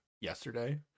yesterday